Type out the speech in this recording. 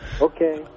Okay